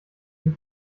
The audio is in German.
sich